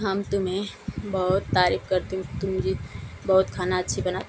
हम तुम्हें बहुत तारीफ करती हूँ तुमरी बहुत खाना अच्छी बना